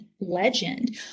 legend